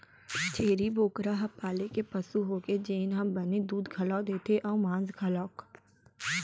छेरी बोकरा ह पाले के पसु होगे जेन ह बने दूद घलौ देथे अउ मांस घलौक